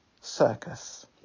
circus